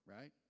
right